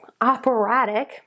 operatic